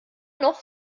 noch